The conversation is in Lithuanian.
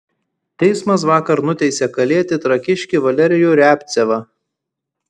teismas vakar nuteisė kalėti trakiškį valerijų riabcevą